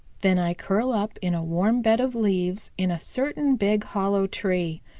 then i curl up in a warm bed of leaves in a certain big hollow tree,